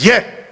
Je.